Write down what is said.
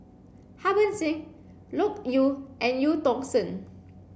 Harbans Singh Loke Yew and Eu Tong Sen